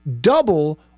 double